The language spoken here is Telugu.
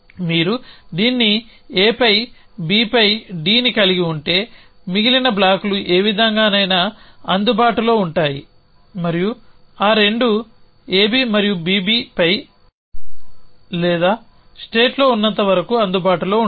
మీరు దీన్ని aపై b పై dని కలిగి ఉంటే మిగిలిన బ్లాక్లు ఏ విధంగానైనా అందుబాటులో ఉంటాయి మరియు ఆ రెండు AB మరియు BB పై లేదా స్టేట్లో ఉన్నంత వరకు అందుబాటులో ఉంటాయి